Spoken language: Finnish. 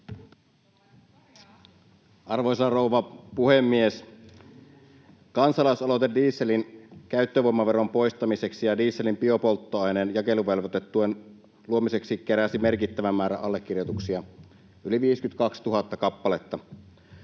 Arvoisa rouva puhemies! Kansalaisaloite dieselin käyttövoimaveron poistamiseksi ja dieselin biopolttoaineen jakeluvelvoitetuen luomiseksi keräsi merkittävän määrän allekirjoituksia, yli 52 000 kappaletta.